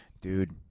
dude